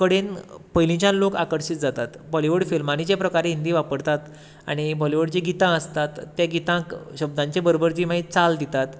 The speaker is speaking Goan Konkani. कडेन पयलीच्यान लोक आकर्शीत जातात बाॅलीवूड फिल्मांनी जे हिंदी वापरतात आनी हाॅलिवूडचीं गितां आसतात ते गितांक शब्दांचे बरोबर जी मागीर चाल दितात